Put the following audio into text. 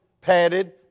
padded